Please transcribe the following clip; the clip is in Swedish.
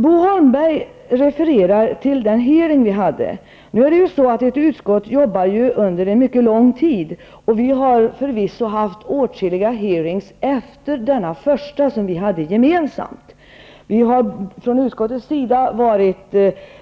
Bo Holmberg refererar till den hearing vi hade. Ett utskott jobbar under mycket lång tid. Vi har förvisso haft åtskilliga hearings efter denna första som vi hade gemensamt. Utskottet har varit